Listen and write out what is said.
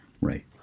right